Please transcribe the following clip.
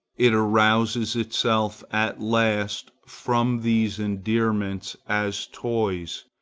it arouses itself at last from these endearments, as toys,